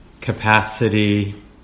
capacity